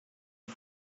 les